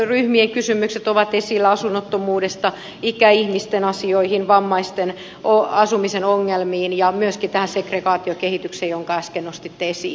erityisryhmien kysymykset ovat esillä asunnottomuudesta ikäihmisten asioihin vammaisten asumisen ongelmiin ja myöskin tähän segregaatiokehitykseen jonka äsken nostitte esiin